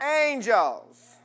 angels